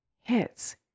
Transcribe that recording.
hits